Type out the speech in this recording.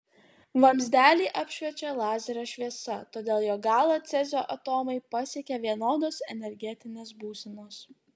vamzdelį apšviečia lazerio šviesa todėl jo galą cezio atomai pasiekia vienodos energetinės būsenos